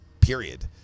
Period